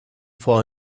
for